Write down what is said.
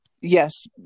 yes